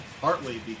partly